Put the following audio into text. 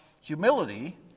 humility